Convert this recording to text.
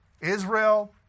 Israel